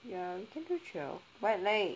ya we can do twelve but like